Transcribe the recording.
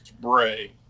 Bray